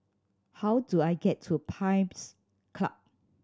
how do I get to Pines Club